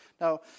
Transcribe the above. Now